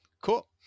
Cool